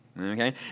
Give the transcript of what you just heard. Okay